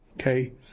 Okay